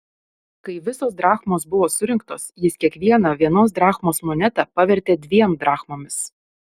kai visos drachmos buvo surinktos jis kiekvieną vienos drachmos monetą pavertė dviem drachmomis